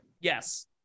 Yes